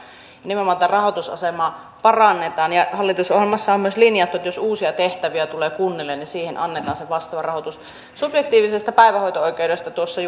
nimenomaan tätä rahoitusasemaa parannetaan ja hallitusohjelmassa on myös linjattu että jos uusia tehtäviä tulee kunnille niin siihen annetaan se vastaava rahoitus subjektiivisesta päivähoito oikeudesta tuossa